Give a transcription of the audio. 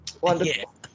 Wonderful